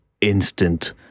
instant